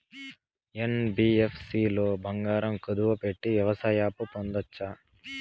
NBFC లో బంగారం కుదువు పెట్టి వ్యవసాయ అప్పు పొందొచ్చా?